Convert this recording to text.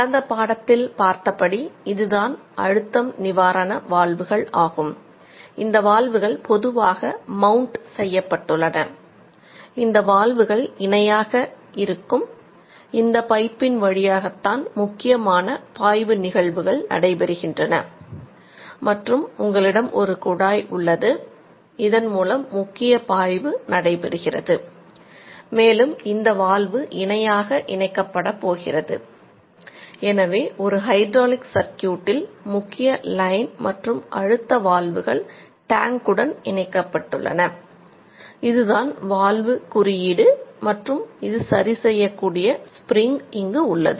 கடந்த பாடத்தில் பார்த்தபடி இதுதான் அழுத்த நிவாரண வால்வுகள் இங்கு உள்ளது